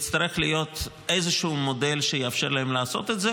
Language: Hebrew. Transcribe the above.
נצטרך איזה מודל שיאפשר להם לעשות את זה,